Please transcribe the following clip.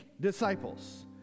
disciples